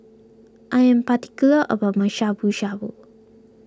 I am particular about my Shabu Shabu